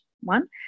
one